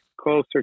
closer